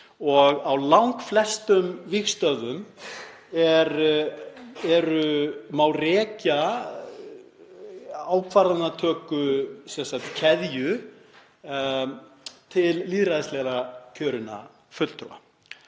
og á langflestum vígstöðvum má rekja ákvarðanatökukeðju til lýðræðislegra kjörinna fulltrúa.